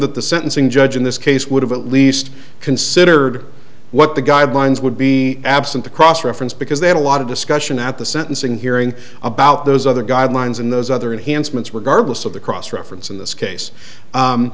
that the sentencing judge in this case would have at least considered what the guidelines would be absent the cross reference because they had a lot of discussion at the sentencing hearing about those other guidelines and those other enhancements regardless of the cross reference in this case